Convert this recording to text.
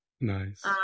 Nice